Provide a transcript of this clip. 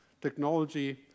Technology